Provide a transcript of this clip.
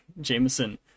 Jameson